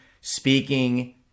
speaking